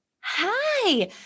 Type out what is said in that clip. Hi